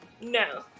No